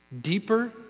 deeper